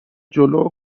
جلو